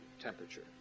temperature